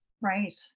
Right